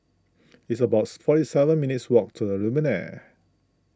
it's about forty seven minutes' walk to the Lumiere